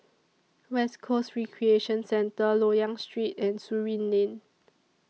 West Coast Recreation Centre Loyang Street and Surin Lane